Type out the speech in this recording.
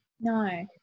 No